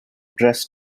dress